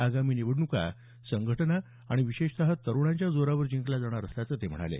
आगामी निवडणुका संघटना आणि विशेषता तरूणांच्या जोरावर जिंकल्या जाणार असल्याचं ते म्हणाले